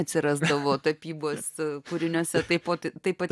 atsirasdavo tapybos kūriniuose taip pat taip pat